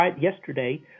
yesterday